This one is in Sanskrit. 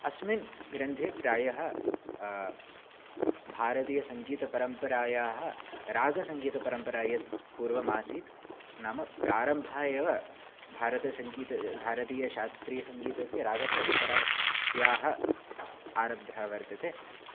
अस्मिन् ग्रन्थे प्रायः भारतीयसङ्गीतपरम्परायाः रागसङ्गीतपरम्परा यत् पूर्वमासीत् नाम प्रारम्भः एव भारतसङ्गीत भारतीय शास्त्रीयसङ्गीतस्य रागपरम्परायाः आरब्धा वर्तते